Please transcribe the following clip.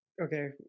okay